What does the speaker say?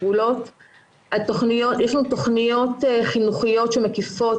חשוב להדגיש שיש לנו תוכניות במינהל של משרד הרווחה גם תוכנית "יתד",